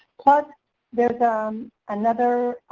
plus there's um another